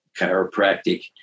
chiropractic